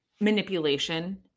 Manipulation